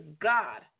God